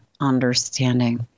understanding